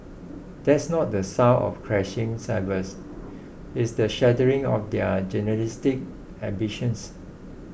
that's not the sound of crashing cymbals it's the shattering of their journalistic ambitions